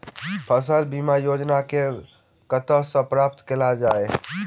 फसल बीमा योजना कतह सऽ प्राप्त कैल जाए?